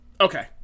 Okay